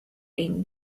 end